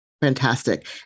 Fantastic